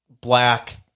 black